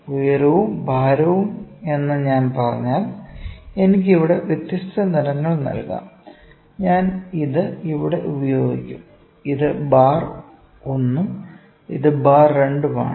ഉയരവും ഭാരവും എന്ന് ഞാൻ പറഞ്ഞാൽ എനിക്ക് ഇവിടെ വ്യത്യസ്ത നിറങ്ങൾ നൽകാം ഞാൻ ഇത് ഇവിടെ ഉപയോഗിക്കും ഇത് ബാർ 1 ഉം ഇത് ബാർ 2 ഉം ആണ്